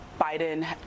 Biden